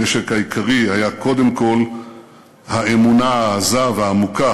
הנשק העיקרי היה קודם כול האמונה העזה והעמוקה